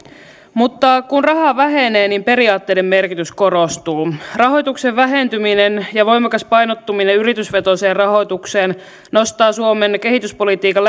kun raha vähenee niin periaatteiden merkitys korostuu rahoituksen vähentyminen ja voimakas painottuminen yritysvetoiseen rahoitukseen nostaa suomen kehityspolitiikan